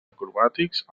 acrobàtics